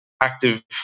active